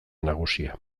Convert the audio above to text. nagusia